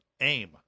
aim